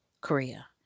Korea